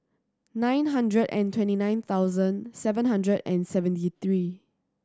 nine hundred and twenty nine thousand seven hundred and seventy three